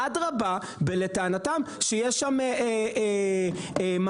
אדרבה, ולטענתם שיהיו שם מעבדות.